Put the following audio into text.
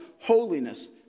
holiness